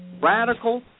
radical